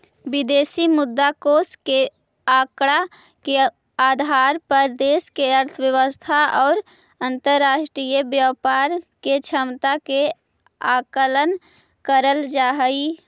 विदेशी मुद्रा कोष के आंकड़ा के आधार पर देश के अर्थव्यवस्था और अंतरराष्ट्रीय व्यापार के क्षमता के आकलन करल जा हई